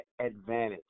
advantage